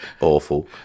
Awful